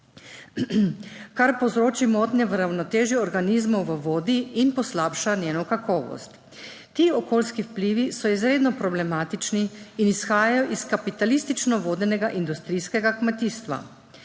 kar povzroči motnje v ravnotežju organizmov v vodi in poslabša njeno kakovost. Ti okoljski vplivi so izredno problematični in izhajajo iz kapitalistično vodenega industrijskega kmetijstva.